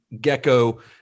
Gecko